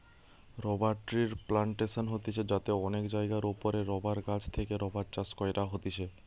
rubber ট্রির plantation হতিছে যাতে অনেক জায়গার ওপরে রাবার গাছ থেকে রাবার চাষ কইরা হতিছে